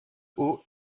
haut